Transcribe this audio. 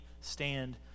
Stand